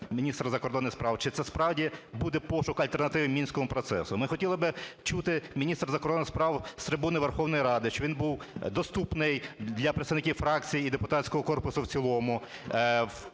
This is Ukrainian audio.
міністра закордонних справ, чи це справді буде пошук альтернативи Мінському процесу. Ми хотіли би чути міністра закордонних справ з трибуни Верховної Ради, щоб він був доступний для представників фракцій і депутатського корпусу в цілому